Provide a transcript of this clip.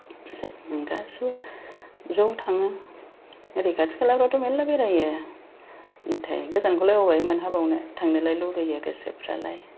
जों गासैबो ज' थाङो ओरै खाथि खालाफ्रावथ' मेरला बेरायो नाथाय गोजानखौलाय अबावहाय मोनहाबावनो थांनोलाय लुगैयो गोसोफ्रालाय